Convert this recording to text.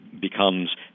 becomes